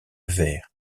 vayres